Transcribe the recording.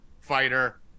fighter